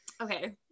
okay